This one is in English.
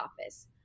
office